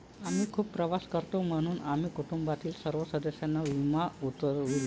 आम्ही खूप प्रवास करतो म्हणून आम्ही कुटुंबातील सर्व सदस्यांचा विमा उतरविला